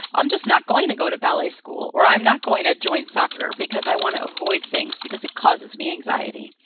i'm just not going to go to ballet school, or i'm not going to join soccer because i want to avoid things because it causes me anxiety.